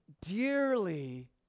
dearly